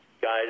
guys